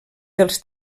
dels